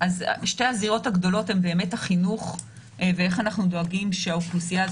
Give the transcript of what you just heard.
שתי הזירות הגדולות הן באמת החינוך ואיך אנחנו דואגים שהאוכלוסייה הזאת,